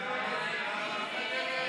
ההסתייגות (3)